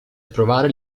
approvare